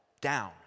down